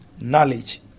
knowledge